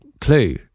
clue